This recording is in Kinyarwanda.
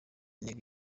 intego